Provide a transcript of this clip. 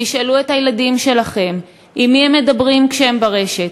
תשאלו את הילדים שלכם עם מי הם מדברים כשהם ברשת,